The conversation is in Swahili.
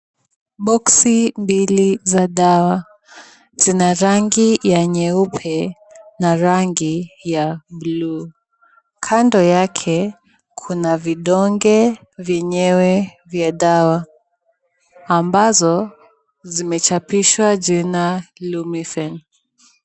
Boxi mbili za dawa, zina rangi ya nyeupe na rangi ya bluu, kando yake kuna vidonge vyenyewe vya dawa ambazo zimechapishwa jina lumisense.